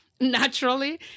Naturally